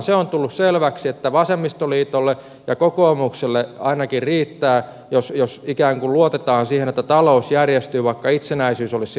se on tullut selväksi että vasemmistoliitolle ja kokoomukselle ainakin riittää jos ikään kuin luotetaan siihen että talous järjestyy vaikka itsenäisyys olisi siitä hintana